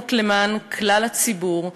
נאמנות ולמען כלל הציבור,